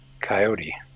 coyote